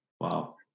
Wow